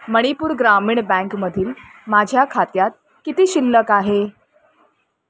मणिपूर ग्रामीण बँकेमधील माझ्या खात्यात किती शिल्लक आहे